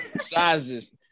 Sizes